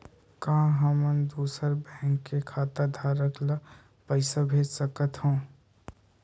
का हमन दूसर बैंक के खाताधरक ल पइसा भेज सकथ हों?